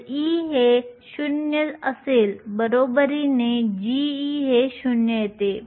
तर E हे 0 असेल बरोबरीने g हे 0 येते